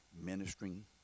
ministering